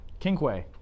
Kinkway